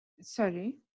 Sorry